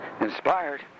inspired